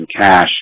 cash